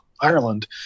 Ireland